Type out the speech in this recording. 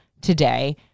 today